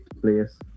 players